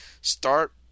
start